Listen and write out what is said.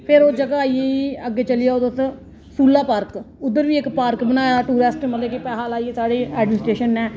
फिर ओह् जगह आई गेई अग्गें चली जाओ तुस सूला पार्क उद्धर बी इक पार्क बनाए दा टूरिस्ट कि मतलब कि पैहा लाइयै साढ़ी एडमीस्टरेशन नै